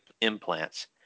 implants